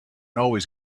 always